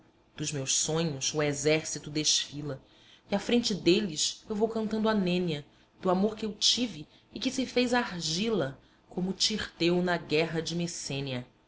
dos meus sonhos o exército desfila e à frente dele eu vou cantando a nênia do amor que eu tive e que se fez argila como tirteu na guerra de messênia